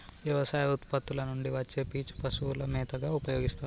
వ్యవసాయ ఉత్పత్తుల నుండి వచ్చే పీచు పశువుల మేతగా ఉపయోస్తారు